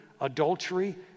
adultery